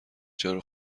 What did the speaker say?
جارو